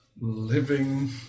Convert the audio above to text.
living